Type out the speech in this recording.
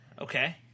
okay